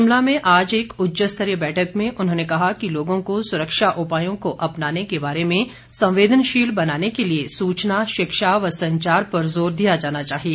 शिमला में आज एक उच्च स्तरीय बैठक में उन्होंने कहा कि लोगों को सुरक्षा उपायों को अपनाने के बारे में संवेदनशील बनाने के लिए सूचना शिक्षा व संचार पर जोर दिया जाना चाहिए